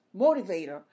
motivator